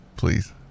Please